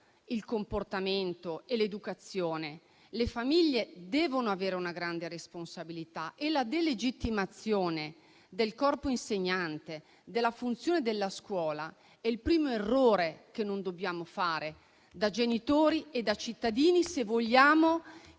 comportamento e l'educazione. Le famiglie devono avere una grande responsabilità e la delegittimazione del corpo insegnante, della funzione della scuola, è il primo errore che non dobbiamo fare da genitori e da cittadini, se vogliamo che